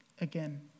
again